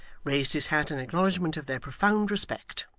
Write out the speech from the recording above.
raised his hat in acknowledgment of their profound respect.